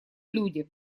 люди